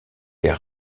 les